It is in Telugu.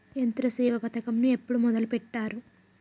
యంత్రసేవ పథకమును ఎప్పుడు మొదలెట్టారు?